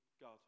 God